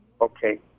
Okay